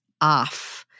off